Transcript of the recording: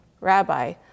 rabbi